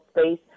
space